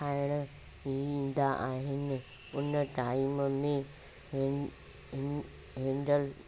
खाइणु ईंदा आहिनि उन टाइम में हिन हिन हैंडल